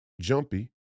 jumpy